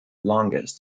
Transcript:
longest